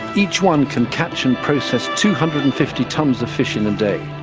each one can catch and process two hundred and fifty tonnes of fish in a day.